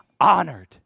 honored